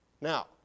Now